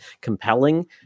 compelling